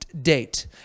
date